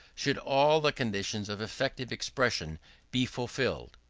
should all the conditions of effective expression be fulfilled.